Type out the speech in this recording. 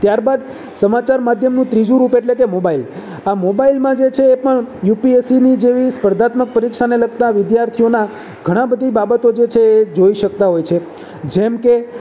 ત્યારબાદ સમાચાર માધ્યમનું ત્રીજુ રૂપ એટલે કે મોબાઈલ આ મોબાઈલ જે છે પણ યુપીએસસીની જેવી સ્પર્ધાત્મક પરીક્ષાને લગતા વિદ્યાર્થીઓના ઘણા બધી બાબતો જે છે એ જોઈ શકતા હોય છે જેમ કે